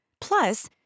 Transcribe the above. Plus